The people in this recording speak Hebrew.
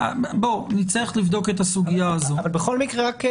נצטרך לבדוק את הסוגיה הזו בכל מקרה,